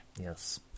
Yes